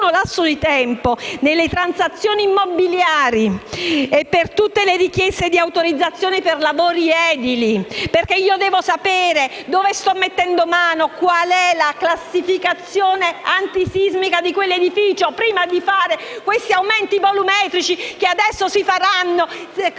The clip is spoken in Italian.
nelle transazioni immobiliari e per tutte le richieste di autorizzazioni edilizie. Infatti io devo sapere dove sto mettendo mano e quale sia la classificazione antisismica di quell'edificio prima di fare eventuali aumenti volumetrici (che adesso si potranno fare